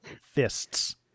fists